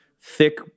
thick